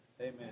Amen